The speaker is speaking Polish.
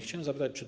Chciałbym zapytać, czy